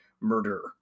murder